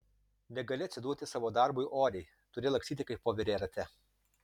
negali atsiduoti savo darbui oriai turi lakstyti kaip voverė rate